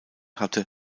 hatte